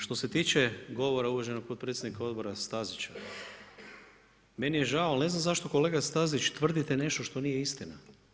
Što se tiče govora uvaženog potpredsjednika Odbora Stazića, meni je žao, ali ne znam zašto kolega Stazić tvrdite nešto što nije istina.